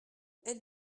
êtes